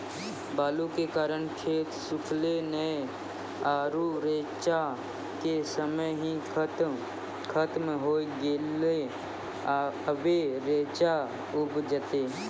बालू के कारण खेत सुखले नेय आरु रेचा के समय ही खत्म होय गेलै, अबे रेचा उपजते?